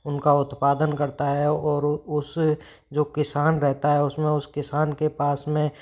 उनका उत्पादन करता है और उस जो किसान रहता है उस में उसे किस के पास में